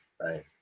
right